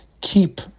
Keep